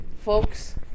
folks